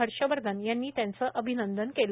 हर्ष वर्धन यांनी त्यांचे अभिनंदन केले